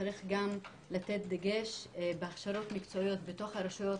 צריך לתת דגש בהכשרות מקצועיות בתוך הרשויות